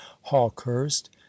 hawkehurst